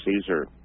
Caesar